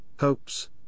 hopes